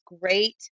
great